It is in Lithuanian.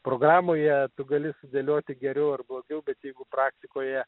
programoje tu gali sudėlioti geriau ar blogiau bet jeigu praktikoje